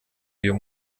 uyu